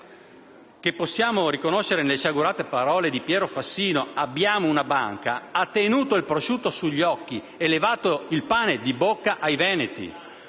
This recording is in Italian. che possiamo riconoscere nelle sciagurate parole di Piero Fassino - «Abbiamo una banca» - ha tenuto il prosciutto sugli occhi e levato il pane di bocca ai veneti.